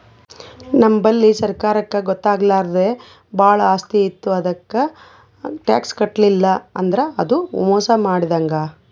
ನಮ್ ಬಲ್ಲಿ ಸರ್ಕಾರಕ್ಕ್ ಗೊತ್ತಾಗ್ಲಾರ್ದೆ ಭಾಳ್ ಆಸ್ತಿ ಇತ್ತು ಅದಕ್ಕ್ ಟ್ಯಾಕ್ಸ್ ಕಟ್ಟಲಿಲ್ಲ್ ಅಂದ್ರ ಅದು ಮೋಸ್ ಮಾಡಿದಂಗ್